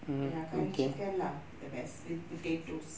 ya curry chicken lah the best with potatoes